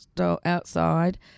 outside